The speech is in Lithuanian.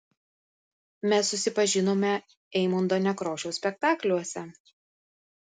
mes susipažinome eimunto nekrošiaus spektakliuose